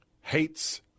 hates